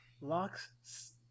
locks